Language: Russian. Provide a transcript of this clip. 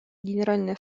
генеральной